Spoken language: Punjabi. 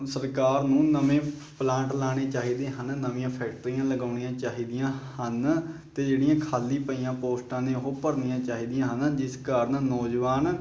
ਸਰਕਾਰ ਨੂੰ ਨਵੇਂ ਪਲਾਂਟ ਲਾਉਣੇ ਚਾਹੀਦੇ ਹਨ ਨਵੀਆਂ ਫੈਕਟਰੀਆਂ ਲਗਾਉਣੀਆਂ ਚਾਹੀਦੀਆਂ ਹਨ ਅਤੇ ਜਿਹੜੀਆਂ ਖਾਲੀ ਪਈਆਂ ਪੋਸਟਾਂ ਨੇ ਉਹ ਭਰਨੀਆਂ ਚਾਹੀਦੀਆਂ ਹਨ ਜਿਸ ਕਾਰਨ ਨੌਜਵਾਨ